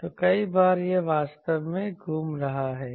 तो कई बार यह वास्तव में घूम रहा है